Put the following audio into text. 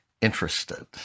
interested